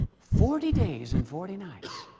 forty days and forty nights.